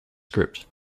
script